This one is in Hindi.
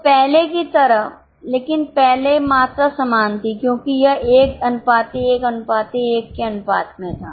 तो पहले की तरह लेकिन पहले मात्रा समान थी क्योंकि यह 111 के अनुपात में था